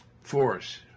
force